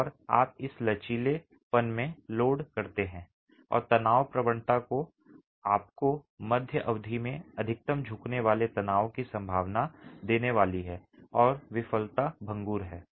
और आप इसे लचीलेपन में लोड करते हैं और तनाव प्रवणता आपको मध्य अवधि में अधिकतम झुकने वाले तनाव की संभावना देने वाली है और विफलता भंगुर है